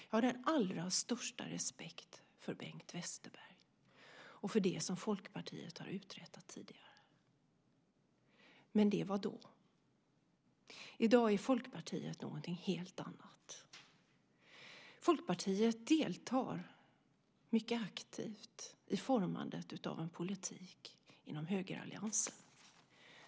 Jag har den allra största respekt för Bengt Westerberg och för det som Folkpartiet har uträttat tidigare. Men det var då. I dag är Folkpartiet någonting helt annat. Folkpartiet deltar mycket aktivt i formandet av en politik inom högeralliansen.